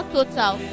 Total